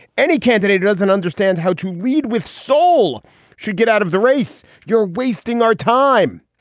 any candidate doesn't understand how to lead with soul should get out of the race. you're wasting our time.